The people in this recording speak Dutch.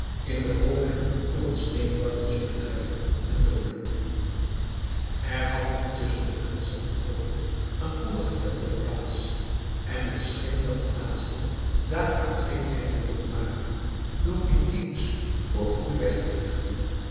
in de hoop hem door een steenworp te zullen treffen en dooden er had nu tusschen den prins en den vogel een koddige wedloop plaats en het scheen dat de laatste daaraan geen einde wilde maken door in eens voor goed weg te vliegen